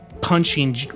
punching